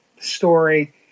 story